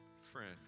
friend